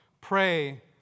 Pray